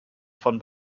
von